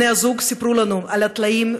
בני הזוג סיפרו לנו על התלאות,